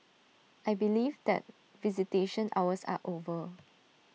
I believe that visitation hours are over